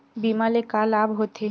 बीमा ले का लाभ होथे?